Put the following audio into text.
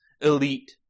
elite